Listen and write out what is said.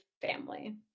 family